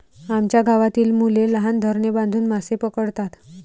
आमच्या गावातील मुले लहान धरणे बांधून मासे पकडतात